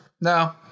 No